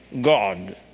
God